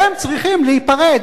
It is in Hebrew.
והם צריכים להיפרד,